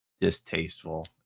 distasteful